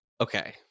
Okay